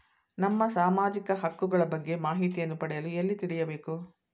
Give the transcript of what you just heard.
ನಮ್ಮ ಸಾಮಾಜಿಕ ಹಕ್ಕುಗಳ ಬಗ್ಗೆ ಮಾಹಿತಿಯನ್ನು ಪಡೆಯಲು ಎಲ್ಲಿ ತಿಳಿಯಬೇಕು?